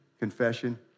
confession